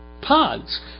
pods